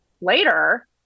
later